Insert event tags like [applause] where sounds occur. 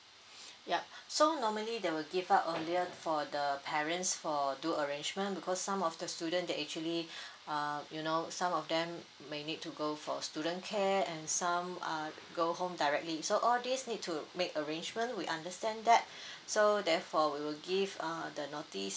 [breath] yup so normally they will give out earlier for the parents for do arrangement because some of the student they actually uh you know some of them may need to go for student care and some err go home directly so all these need to make arrangement we understand that so therefore we will give uh the notice